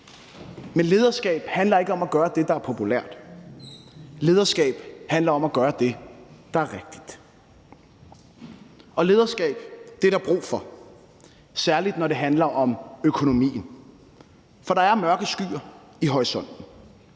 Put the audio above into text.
Men lederskab handler ikke om at gøre det, der er populært, lederskab handler om at gøre det, der er rigtigt. Lederskab er der brug for, særlig når det handler om økonomien, for der er mørke skyer i horisonten.